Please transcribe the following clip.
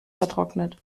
vertrocknet